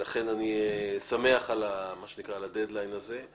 ולכן אני שמח על הדד-ליין הזה, מה שנקרא.